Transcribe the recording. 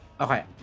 okay